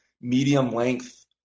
medium-length